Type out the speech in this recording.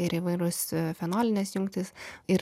ir įvairūs fenolinės jungtys ir